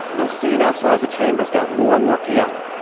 the scene outside the chambers got more and more chaotic.